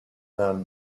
man